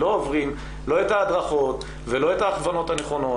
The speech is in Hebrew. לא עוברים לא את ההדרכות ולא את ההכוונות הנכונות,